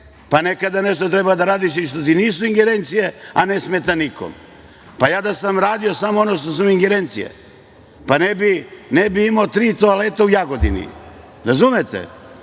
pa nekada nešto treba da radiš i što ti nisu ingerencije, a ne smeta nikome. Pa, ja da sam radio samo ono što su mi ingerencije, pa ne bih imao tri toaleta u Jagodini, razumete,